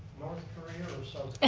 north korea or south ah